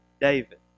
David